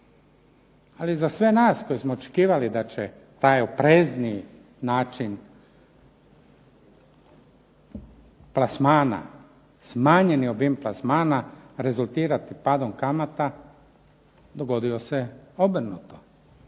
Ali za sve nas koji smo očekivali da će taj oprezniji način plasmana, smanjeni obim plasmana rezultirati padom kamata dogodilo se obrnuto,